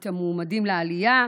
את המועמדים לעלייה,